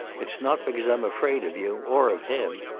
it's not because i'm afraid of you, or of him.